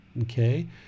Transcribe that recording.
Okay